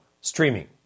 streaming